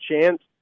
chance